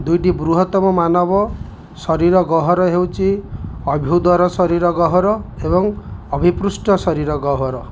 ଦୁଇଟି ବୃହତ୍ତମ ମାନବ ଶରୀର ଗହ୍ଵର ହେଉଛି ଅଭ୍ୟୁଦର ଶରୀର ଗହ୍ଵର ଏବଂ ଅଭିପୃଷ୍ଠ ଶରୀର ଗହ୍ଵର